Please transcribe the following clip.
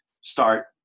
start